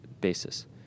basis